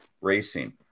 racing